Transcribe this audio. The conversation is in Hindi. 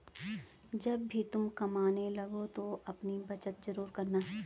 जब भी तुम कमाने लगो तो अपनी बचत जरूर करना